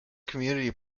community